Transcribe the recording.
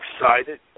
Excited